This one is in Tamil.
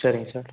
சரிங்க சார்